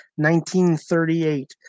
1938